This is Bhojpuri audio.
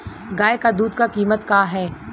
गाय क दूध क कीमत का हैं?